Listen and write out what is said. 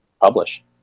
publish